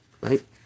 right